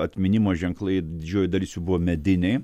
atminimo ženklai didžioji dalis jų buvo mediniai